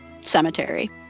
Cemetery